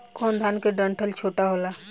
कौन धान के डंठल छोटा होला?